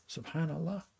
Subhanallah